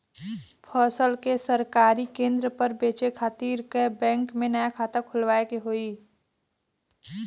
फसल के सरकारी केंद्र पर बेचय खातिर का बैंक में नया खाता खोलवावे के होई?